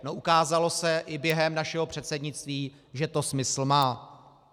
No, ukázalo se i během našeho předsednictví, že to smysl má.